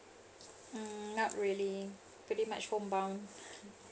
mm not really pretty much homebound